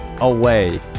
away